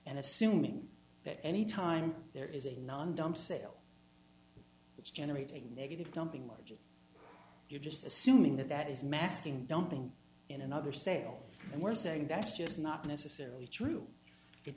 and assuming that any time there is a non dump sale which generates a negative dumping margin you're just assuming that that is masking dumping in another sale and we're saying that's just not necessarily true it